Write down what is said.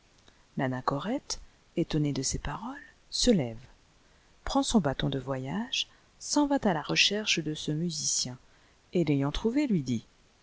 ranachorôle étonné de ces paroles se lève prend son bâton de voyage s'en va cà la recherclie de ce musicien et l'ayant trouvé lui dit